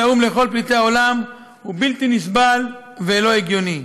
האו"ם לכל פליטי העולם הוא בלתי נסבל ואינו הגיוני.